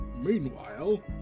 Meanwhile